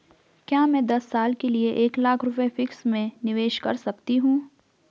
क्या मैं दस साल के लिए एक लाख रुपये फिक्स में निवेश कर सकती हूँ?